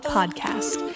Podcast